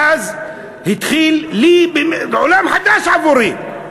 ואז התחיל, עולם חדש עבורי,